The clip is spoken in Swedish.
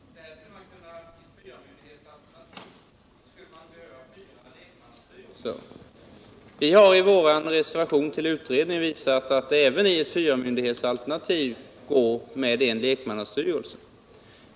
Herr talman! Får jag beröra lekmannastyrelserna och personalfrågorna. Hans Lindblad säger att man i ett fyrmyndighetsalternativ skulle behöva fyra lekmannastyrelser. Vi har i vår reservation till utredningen visat att det även i ett fyrmyndighetsalternativ går att ha en lekmannastyrelse.